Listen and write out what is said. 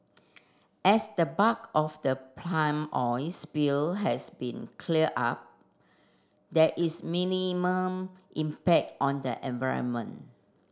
as the bulk of the palm oil spill has been cleared up there is minimal impact on the environment